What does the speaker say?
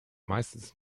meistens